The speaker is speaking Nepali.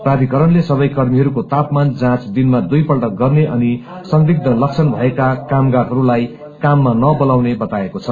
प्राधिकरणले सबै कर्मीहरूको तापमान जाँच दिनमा दुइपल्ट गर्ने अनि संदिग्ध लक्षण भएका कामगारहरूलाई काममा नबोलाउने बताएको छ